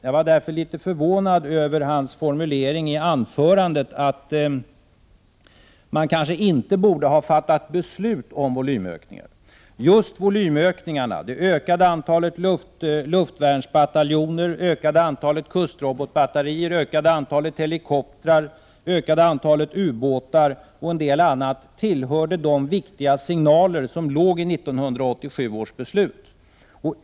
Jag var därför litet förvånad över hans formulering i anförandet, att man kanske inte borde ha fattat beslut om volymökningar. Just volymökningarna, det ökade antalet luftvärnsbataljoner, kustrobotbatterier, helikoptrar, ubåtar och en del annat, tillhörde de viktiga signaler som låg i 1987 års beslut.